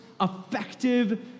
effective